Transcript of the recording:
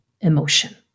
emotion